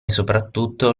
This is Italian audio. soprattutto